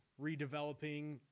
redeveloping